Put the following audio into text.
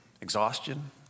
exhaustion